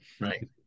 Right